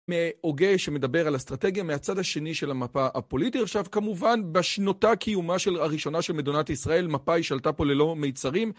הוגה שמדבר על אסטרטגיה מהצד השני של המפה הפוליטית. עכשיו כמובן בשנותה קיומה הראשונה של מדינת ישראל מפא"י שלטה פה ללא מיצרים.